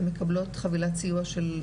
הן מקבלות חבילת סיוע של,